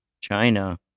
China